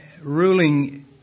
ruling